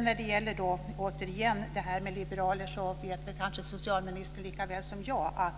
När det sedan återigen gäller det här med liberaler så vet väl kanske socialministern lika väl som jag att